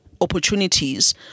opportunities